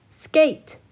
skate